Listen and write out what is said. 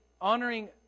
honoring